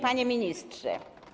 Panie Ministrze!